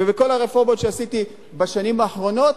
בכל הרפורמות שעשיתי בשנים האחרונות,